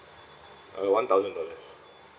uh one thousand dollars